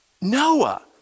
Noah